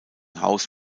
haus